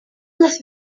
las